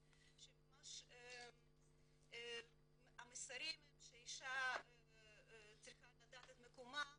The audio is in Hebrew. שבה המסרים הם שאישה צריכה לדעת את מקומה